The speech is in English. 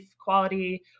quality